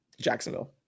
Jacksonville